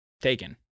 taken